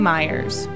Myers